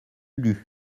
lus